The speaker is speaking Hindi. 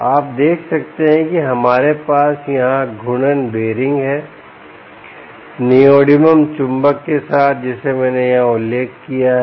आप देख सकते हैं कि हमारे पास यहाँ घूर्णन बीयरिंग है नियोडिमियम चुंबक के साथ जिसे मैंने यहाँ उल्लेख किया है